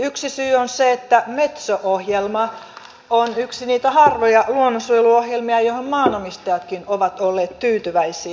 yksi syy on se että metso ohjelma on yksi niitä harvoja luonnonsuojeluohjelmia joihin maanomistajatkin ovat olleet tyytyväisiä